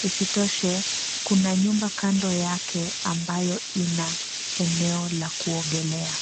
Isitoshe kuna nyumba kando yake ambayo ina eneo la kuogelea.